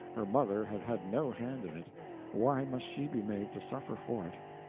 her mother had had no hand in it why must she be made to suffer for it?